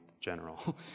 general